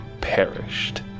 perished